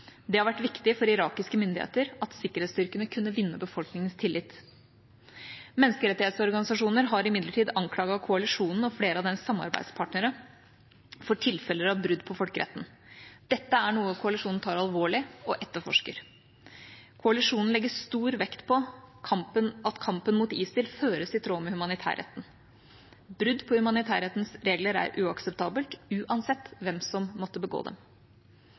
Det har vært viktig for irakiske myndigheter at sikkerhetsstyrkene kunne vinne befolkningens tillit. Menneskerettighetsorganisasjoner har imidlertid anklaget koalisjonen og flere av dens samarbeidspartnere for tilfeller av brudd på folkeretten. Dette er noe koalisjonen tar alvorlig, og etterforsker. Koalisjonen legger stor vekt på at kampen mot ISIL føres i tråd med humanitærretten. Brudd på humanitærrettens regler er uakseptabelt, uansett hvem som måtte begå dem.